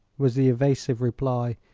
was the evasive reply.